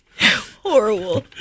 Horrible